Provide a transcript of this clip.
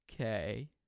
Okay